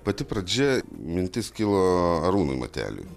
pati pradžia mintis kilo arūnui mateliui